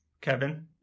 Kevin